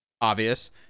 obvious